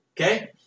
okay